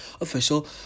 official